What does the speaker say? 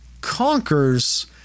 conquers